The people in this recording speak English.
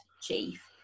chief